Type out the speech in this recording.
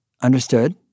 understood